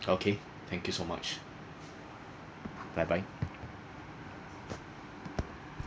okay thank you so much bye bye